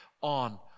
on